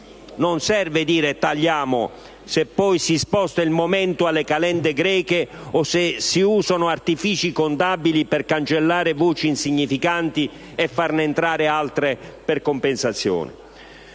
Non serve dire «tagliamo», se poi si sposta il momento alle calende greche o se si usano artifici contabili per cancellare voci insignificanti e farne entrare altre per compensazione.